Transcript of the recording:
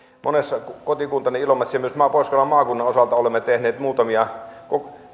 kotikuntani ilomantsin ja myös pohjois karjalan maakunnan osalta olemme tehneet muutamia